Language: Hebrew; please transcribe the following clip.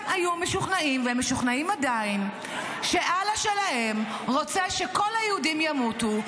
הם היו משוכנעים ועדיין משוכנעים שאללה שלהם רוצה שכל היהודים ימותו,